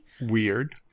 Weird